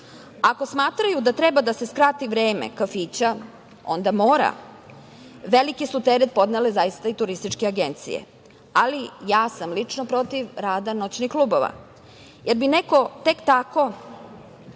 smatraju da treba da se skrati vreme kafića, onda mora. Velike su teret podnele, zaista i turističke agencije, ali ja sam lično protiv rada noćnih klubova. Jel bi neko tek tako,